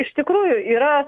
iš tikrųjų yra